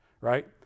Right